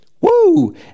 Woo